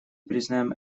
признаем